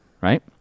right